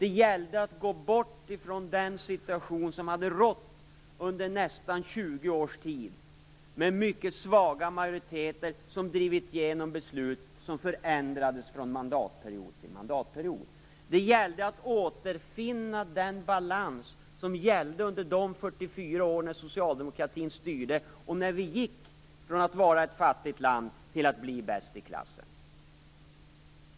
Det gällde att gå bort från den situation som hade rått under nästan 20 års tid med mycket svaga majoriteter som drivit genom beslut som förändrades från mandatperiod till mandatperiod. Det gällde att återfinna den balans som fanns under de 44 år när socialdemokraterna styrde och när vi gick från att vara ett fattigt land till att bli bäst i klassen.